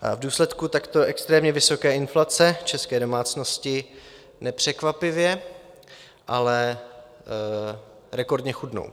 V důsledku takto extrémně vysoké inflace české domácnosti nepřekvapivě, ale rekordně chudnou.